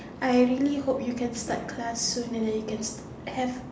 I really hope you can start class soon and then you can have